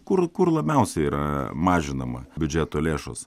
kur kur labiausiai yra mažinama biudžeto lėšos